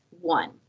one